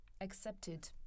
accepted